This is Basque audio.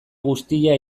guztia